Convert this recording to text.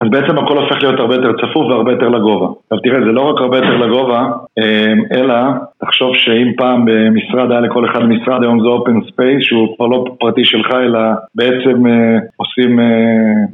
אז בעצם הכל הופך להיות הרבה יותר צפוף והרבה יותר לגובה עכשיו תראה זה לא רק הרבה יותר לגובה אלא תחשוב שאם פעם משרד היה לכל אחד משרד היום זה open space שהוא כבר לא פרטי שלך אלא בעצם עושים